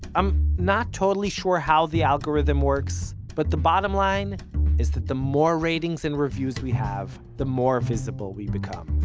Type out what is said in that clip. i'm not totally sure how the algorithm works, but the bottom line is that the more ratings and reviews we have, the more visible we become.